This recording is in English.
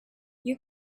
you